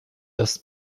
das